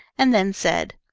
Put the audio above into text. and then said,